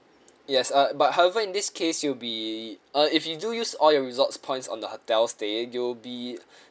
yes uh but however in this case you'll be uh if you do use all your resorts point on the hotel stay you'll be